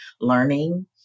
learning